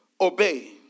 obey